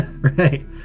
right